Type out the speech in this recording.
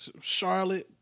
Charlotte